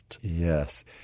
Yes